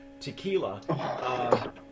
tequila